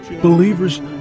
believers